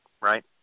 Right